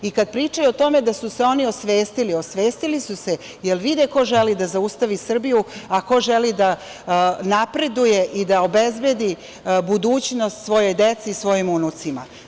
I kada pričaju o tome da su se oni osvestili, osvestili su se jer vide ko želi da zaustavi Srbiju, a ko želi da napreduje i da obezbedi budućnost svojoj deci i svojim unucima.